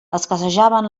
escassejaven